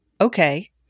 okay